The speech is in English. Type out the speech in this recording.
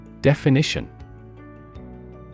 Definition